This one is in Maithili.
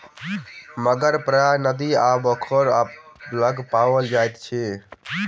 मगर प्रायः नदी आ पोखैर लग पाओल जाइत अछि